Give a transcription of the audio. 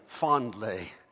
fondly